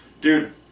dude